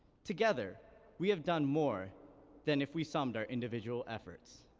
together we have done more than if we summed our individual efforts.